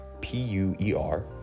P-U-E-R